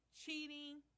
Cheating